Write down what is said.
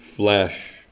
flesh